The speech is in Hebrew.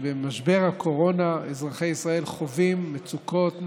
שבמשבר הקורונה אזרחי ישראל חווים מצוקות נפשיות,